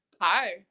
Hi